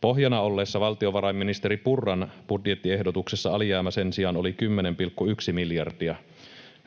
Pohjana olleessa valtiovarainministeri Purran budjettiehdotuksessa alijäämä sen sijaan oli 10,1 miljardia.